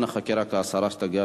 נחכה רק לשרה שתגיע